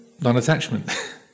non-attachment